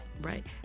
right